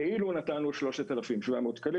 כאילו נתנו 3,700 שקלים.